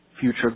future